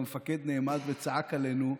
והמפקד נעמד וצעק עלינו: